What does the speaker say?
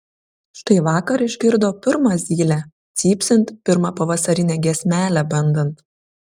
štai vakar išgirdo pirmą zylę cypsint pirmą pavasarinę giesmelę bandant